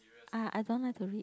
ah I don't like to read